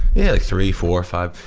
yeah, like three, four or five,